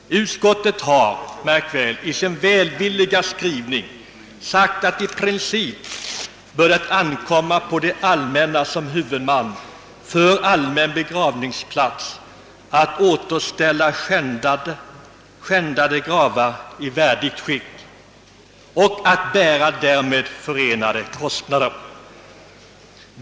Utskottet har, märk väl, i sin välvilliga skrivning sagt, att i princip bör det ankomma på det allmänna som huvudman för allmän begravningsplats att återställa skändade gravar i värdigt skick och att bära därmed förenade kostnader.